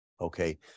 Okay